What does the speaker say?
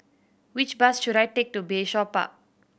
which bus should I take to Bayshore Park